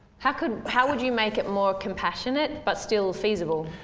how could how would you make it more compassionate but still feasible?